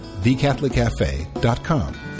thecatholiccafe.com